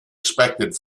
expected